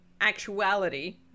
actuality